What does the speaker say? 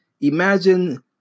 Imagine